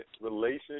relationship